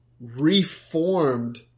reformed